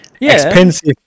expensive